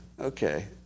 Okay